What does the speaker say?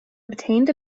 obtained